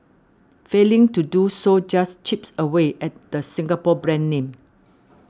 failing to do so just chips away at the Singapore brand name